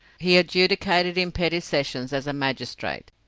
he adjudicated in petty sessions as a magistrate,